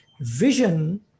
vision